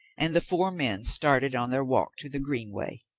and the four men started on their walk to the green way.